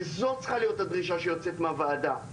וזאת צריכה להיות הדרישה שיוצאת מהוועדה.